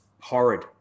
horrid